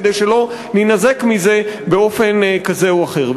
כדי שלא נינזק מזה באופן כזה או אחר.